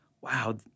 wow